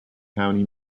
county